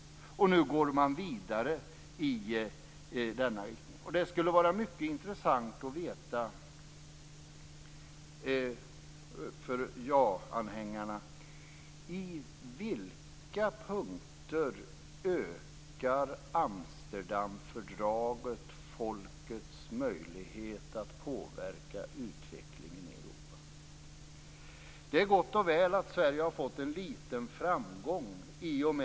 Nu går man vidare i den riktningen. Det skulle vara mycket intressant att av ja-anhängarna få veta på vilka punkter Amsterdamfördraget ökar folkets möjlighet att påverka utvecklingen i Europa. Det är gott och väl att Sverige fått en liten framgång.